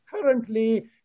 currently